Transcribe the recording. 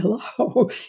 hello